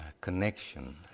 connection